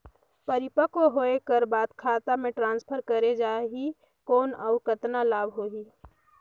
परिपक्व होय कर बाद खाता मे ट्रांसफर करे जा ही कौन और कतना लाभ होही?